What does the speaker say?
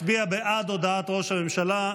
מצביע בעד הודעת ראש הממשלה,